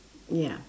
ya